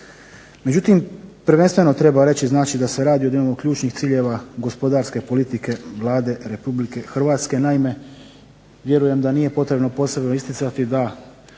Međutim, prvenstveno treba reći znači da se radi o jednom od ključnih ciljeva gospodarske politike Vlade Republike Hrvatske. Naime, vjerujem da nije potrebno posebno isticati da